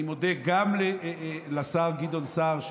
אני מודה גם לשר גדעון סער,